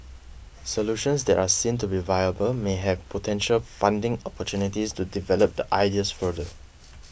solutions that are seen to be viable may have potential funding opportunities to develop the ideas further